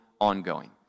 ongoing